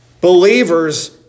Believers